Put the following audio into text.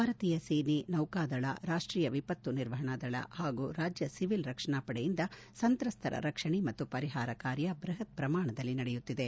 ಭಾರತೀಯ ಸೇನೆ ನೌಕದಳ ರಾಷ್ಟೀಯ ವಿಪತ್ತು ನಿರ್ವಹಣಾದಳ ಹಾಗೂ ರಾಜ್ಜ ಸಿವಿಲ್ ರಕ್ಷಣಾ ಪಡೆಯಿಂದ ಸಂತ್ರಸ್ತರ ರಕ್ಷಣೆ ಮತ್ತು ಪರಿಹಾರ ಕಾರ್ಯ ಬೃಹತ್ ಪ್ರಮಾಣದಲ್ಲಿ ನಡೆಯುತ್ತಿದೆ